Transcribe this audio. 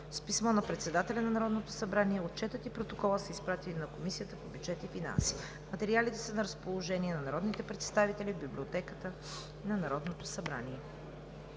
С писмо на председателя на Народното събрание отчетът и протоколът са изпратени на Комисията по бюджет и финансите. Материалите са на разположение на народните представители в Библиотеката на Народното събрание.